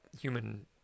human